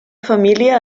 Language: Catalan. família